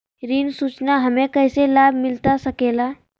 ऋण सूचना हमें कैसे लाभ मिलता सके ला?